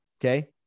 Okay